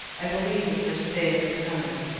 i believe, the first day of his coming,